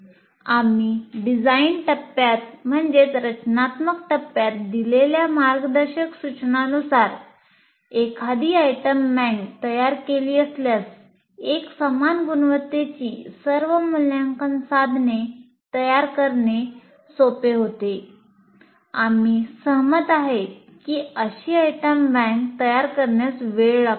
आम्ही डिझाइन टप्प्यात दिलेल्या मार्गदर्शक सूचनांनुसार एखादी आयटम बँक तयार करण्यास वेळ लागतो